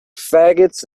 faggots